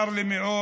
צר לי מאוד